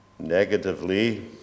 Negatively